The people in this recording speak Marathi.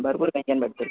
भरपूर व्यंजन भेटतील